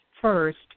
first